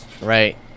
right